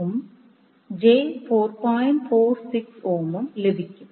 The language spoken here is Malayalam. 467 ഓമും ലഭിക്കും